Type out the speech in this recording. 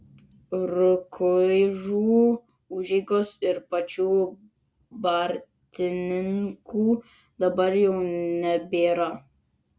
rukuižų užeigos ir pačių bartininkų dabar jau nebėra